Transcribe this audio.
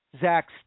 Zach